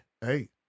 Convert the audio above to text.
Hey